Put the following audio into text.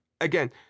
Again